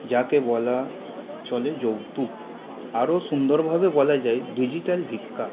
যাকে বলা চলে যৌতুক আরও সুন্দরভাবে বলা যায় ডিজিটাল ভিক্ষা